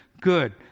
good